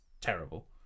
terrible